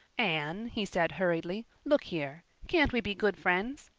anne, he said hurriedly, look here. can't we be good friends?